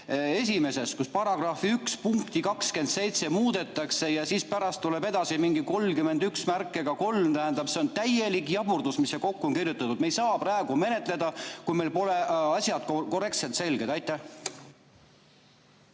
esimeses, kus § 1 punkti 27 muudetakse ja siis pärast tuleb mingi 313. Tähendab, see on täielik jaburdus, mis siia kokku on kirjutatud. Me ei saa praegu menetleda, kui meil pole asjad korrektselt selged. Aitäh,